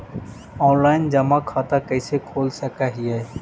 Online जमा खाता कैसे खोल सक हिय?